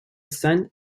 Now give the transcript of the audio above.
saint